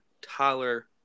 Tyler